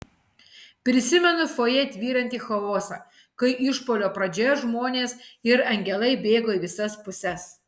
prisimenu fojė tvyrantį chaosą kai išpuolio pradžioje žmonės ir angelai bėgo į visas puses